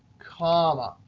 comma.